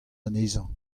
anezhañ